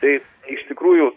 tai iš tikrųjų